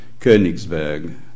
Königsberg